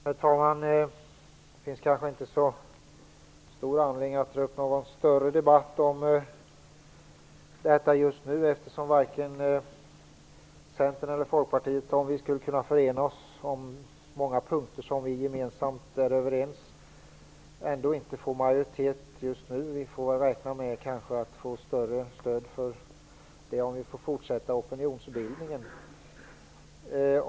Herr talman! Det finns kanske inte så stor anledning att dra upp någon större debatt om detta just nu. Även om Centern och Folkpartiet kunde förena sig på många punkter där vi gemensamt är överens får vi ändå inte majoritet just nu. Vi får väl räkna med att få större stöd om vi får fortsätta opinionsbildningen.